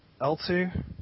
L2